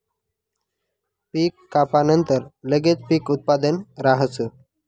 पीक कापानंतर लगेच पीक उत्पादन राहस